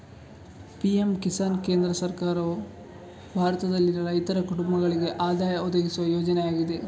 PM Kisan ಕೇಂದ್ರ ಸರ್ಕಾರವು ಭಾರತದಲ್ಲಿನ ರೈತರ ಕುಟುಂಬಗಳಿಗೆ ಆದಾಯ ಒದಗಿಸುವ ಯೋಜನೆಯಾಗಿದೆ